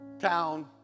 town